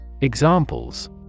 Examples